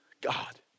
God